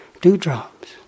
dewdrops